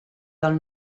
del